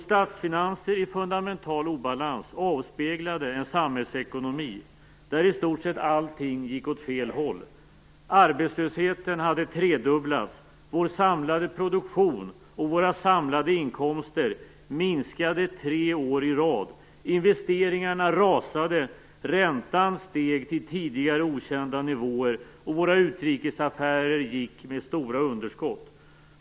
Statsfinanser i fundamental obalans avspeglade en samhällsekonomi där i stort sett allting gick åt fel håll. Arbetslösheten hade tredubblats, vår samlade produktion och våra samlade inkomster minskade under tre år i rad. Investeringarna rasade, räntan steg till tidigare okända nivåer och våra utrikesaffärer gick med stora underskott.